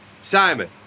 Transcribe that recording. Simon